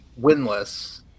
winless